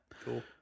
Cool